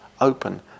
open